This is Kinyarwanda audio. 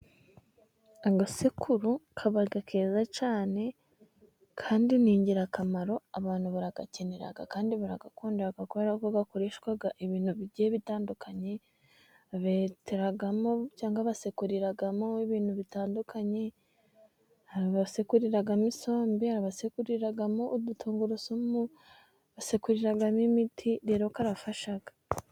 Agasekuru kaba keza cyane kandi ni ingirakamaro, abantu baragakenera kandi baragakunda. Gakoreshwa ibintu bigiye bitandukanye, basekuriramo ibintu bitandukanye, basekuriramo isombe, basekuriramo udutungurusumu, basekuririramo imiti, rero karafasha.